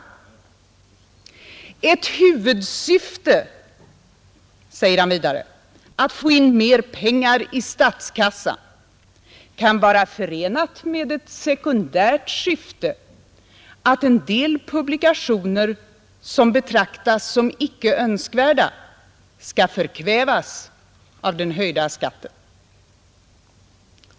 Ett huvudsyfte att få in mer pengar i statskassan, säger han vidare, kan vara förenat med ett sekundärt syfte att en del publikationer, som betraktas som icke önskvärda, skall förkvävas av den höjda skatten.